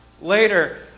later